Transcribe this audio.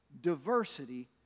diversity